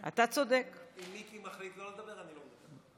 אם מיקי מחליט לא לדבר, אני לא מדבר.